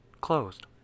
closed